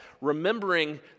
remembering